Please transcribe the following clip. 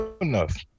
enough